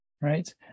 right